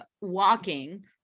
walking